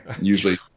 usually